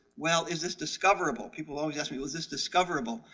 well, is this discoverable. people always ask me what's this discoverable?